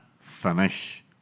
finish